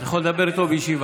אתה יכול לדבר איתו בישיבה.